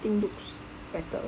I think looks better